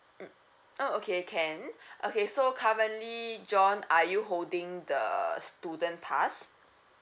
mm oh okay can okay so currently john are you holding the student pass